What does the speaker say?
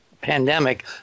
pandemic